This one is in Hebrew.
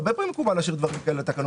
הרבה פעמים מקובל להשאיר דברים כאלה לתקנות.